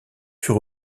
fut